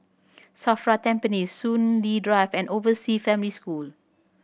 SAFRA Tampines Soon Lee Drive and Oversea Family School